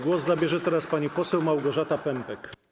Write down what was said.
Głos zabierze teraz pani poseł Małgorzata Pępek.